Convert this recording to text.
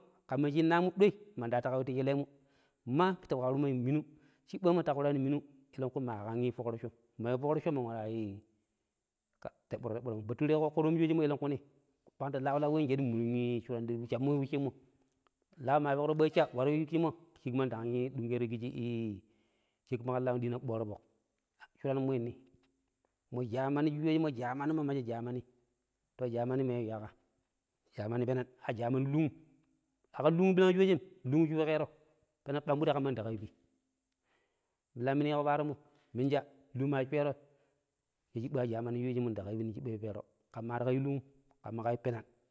﻿Kanmuji ɗoi mandi da wattu ƙawi ti shelemu maa ta ƙaurima minu, shiɓɓama ta ƙaurani minu, sheko ƙelenƙu ma ƙam ƙan foƙroccom ma waro ya wui teɓɓuro-teɓɓurom Bature ƙoƙƙho toom shoje ƙelenƙu ni? ƙelenƙui teɓɓuro-teɓɓuro bangta lau lawiundag munun shuran jama yui wosshemmo lau ma peƙro ɓajii sha waro yuu wosshemmo shiƙma ndang. ƙijɨ dunƙero ii shaƙƙi ma ƙan laamo ndang ɗero ƙijii ɓworo foƙ. shuranmoi n mo jamani shishoshemmo ma sha jamani peneg jamani ma sha yaƙhai jamani a ƙam jamani luungm, a ƙam luung ɓirag shoshem luung ndi sheƙero peneg ɓambiɗi ƙamma ndii ƙayu pi, milam minu yiƙo parommo minu sha luung ma ta swuero chiɓɓa ya jamani ndi ƙayi pi, ning chiɓɓa pipero ƙamma ti ƙayu pim ƙamma ƙayu peneg.